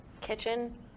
kitchen